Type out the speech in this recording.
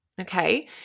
Okay